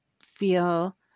feel